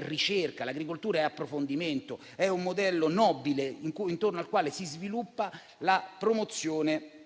ricerca e approfondimento. È un modello nobile, intorno al quale si sviluppa la promozione